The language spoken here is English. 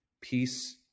peace